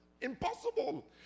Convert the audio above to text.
Impossible